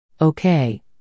Okay